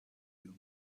you